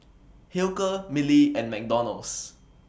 Hilker Mili and McDonald's